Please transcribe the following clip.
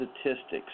statistics